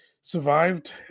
survived